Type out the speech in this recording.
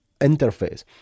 interface